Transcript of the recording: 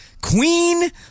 Queen